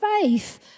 faith